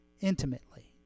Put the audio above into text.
intimately